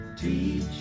Teach